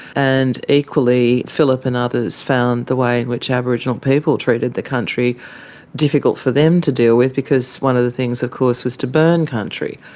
and equally, phillip and others found the way in which aboriginal people treated the country difficult for them to deal with because one of the things of course was to burn country.